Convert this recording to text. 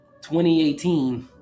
2018